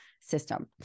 system